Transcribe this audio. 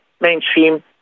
mainstream